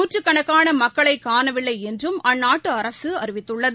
நூற்றுக்கணக்கானமக்களைகாணவில்லைஎன்றும் அந்நாட்டுஅரசுஅறிவித்துள்ளது